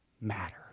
matter